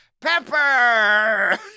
Pepper